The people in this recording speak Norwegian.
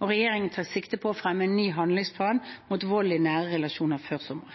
og regjeringen tar sikte på å fremme en ny handlingsplan mot vold i